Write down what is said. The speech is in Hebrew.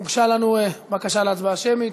הוגשה לנו בקשה להצבעה שמית.